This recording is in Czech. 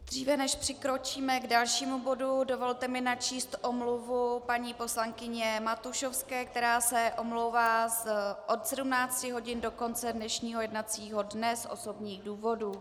Dříve než přikročíme k dalšímu bodu, dovolte mi načíst omluvu paní poslankyně Matušovské, která se omlouvá od 17 hodin do konce dnešního jednacího dne z osobních důvodů.